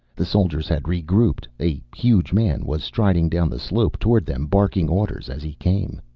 the soldiers had regrouped. a huge man was striding down the slope toward them, barking orders as he came.